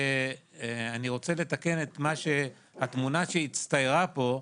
אני רוצה לתקן את התמונה שהצטיירה פה,